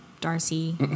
Darcy